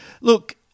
look